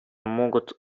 могут